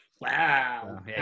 Wow